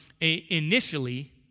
initially